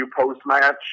post-match